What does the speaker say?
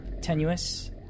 tenuous